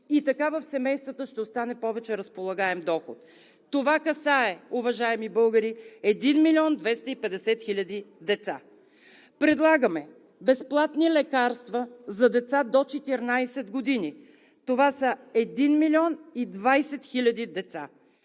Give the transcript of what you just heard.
и така в семействата ще остане повече разполагаем доход. Това касае, уважаеми българи, 1 милион 250 хиляди деца. Предлагаме безплатни лекарства за деца до 14 години – това са 1 милион 20 хиляди деца.